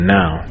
now